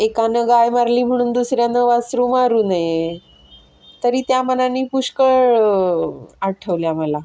एकानं गाय मारली म्हणून दुसऱ्यानं वासरू मारू नये तरी त्या मानाने पुष्कळ आठवल्या मला